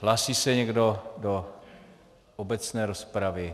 Hlásí se někdo do obecné rozpravy?